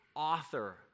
author